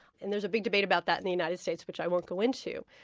and there's a big debate about that in the united states which i won't go into.